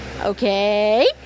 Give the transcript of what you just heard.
Okay